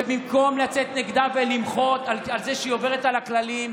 ובמקום לצאת נגדה ולמחות על זה שהיא עוברת על הכללים,